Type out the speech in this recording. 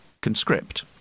conscript